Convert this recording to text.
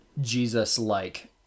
Jesus-like